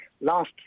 last